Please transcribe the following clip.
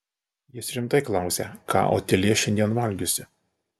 jis rimtai klausia ką otilija šiandien valgiusi